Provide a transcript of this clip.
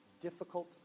difficult